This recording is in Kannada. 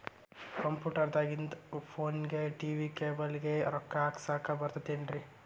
ಕಂಪ್ಯೂಟರ್ ದಾಗಿಂದ್ ಫೋನ್ಗೆ, ಟಿ.ವಿ ಕೇಬಲ್ ಗೆ, ರೊಕ್ಕಾ ಹಾಕಸಾಕ್ ಬರತೈತೇನ್ರೇ?